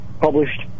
published